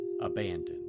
abandoned